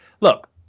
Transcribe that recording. look